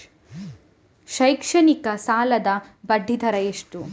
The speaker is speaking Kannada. ಶೈಕ್ಷಣಿಕ ಸಾಲದ ಬಡ್ಡಿ ದರ ಎಷ್ಟು?